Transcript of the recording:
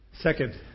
Second